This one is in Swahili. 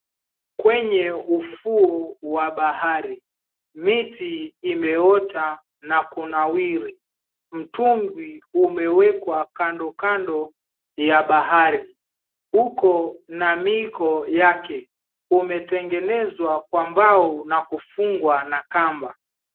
Kwenye ufuo wa bahari, miti imeota na kunawiri. Mtumbwi umewekwa kando kando ya bahari. Guko na miiko yake umetengenezwa kwa mbao na kufungwa na kamba.